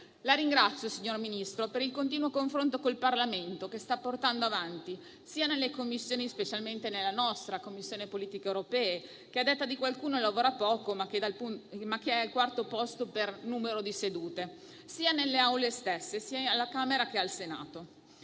La ringrazio, signor Ministro, per il continuo confronto col Parlamento che sta portando avanti sia nelle Commissioni, specialmente nella Commissione politiche dell'Unione europea - a detta di qualcuno lavora poco, ma è al quarto posto per numero di sedute - sia nelle Aule parlamentari stesse, sia alla Camera che al Senato.